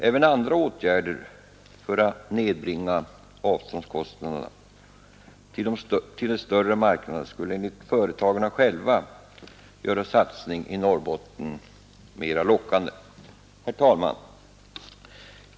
Även andra åtgärder för att nedbringa avståndskostnaderna i förhållande till större marknader skulle enligt företagarna själva göra en satsning i Norrbotten mera lockande. Herr talman!